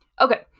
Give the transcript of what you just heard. Okay